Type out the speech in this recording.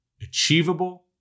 achievable